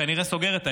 כנראה סוגר את העסק.